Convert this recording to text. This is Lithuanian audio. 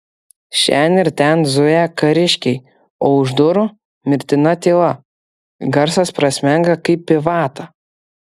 šen ir ten zuja kariškiai o už durų mirtina tyla garsas prasmenga kaip į vatą